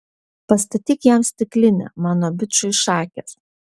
pastatyk jam stiklinę mano bičui šakės